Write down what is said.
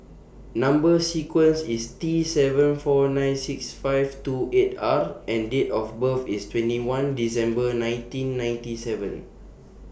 Number sequence IS T seven four nine six five two eight R and Date of birth IS twenty one December nineteen ninety seven